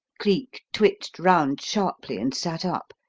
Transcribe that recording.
cleek twitched round sharply and sat up,